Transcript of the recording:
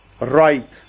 right